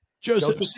Joseph